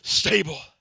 stable